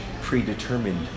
predetermined